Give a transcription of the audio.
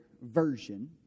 version